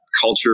culture